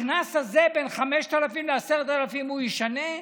הקנס הזה, בין 5,000 ל-10,000, הוא ישנה?